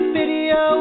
video